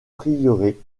prieuré